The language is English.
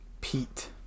pete